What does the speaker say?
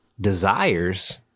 desires